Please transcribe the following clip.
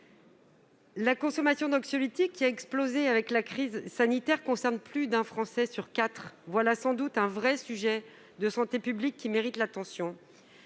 La consommation d'anxiolytiques, qui a explosé avec la crise sanitaire, concerne plus d'un Français sur quatre. Voilà sans doute un vrai sujet de santé publique, qui mérite l'attention.